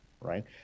right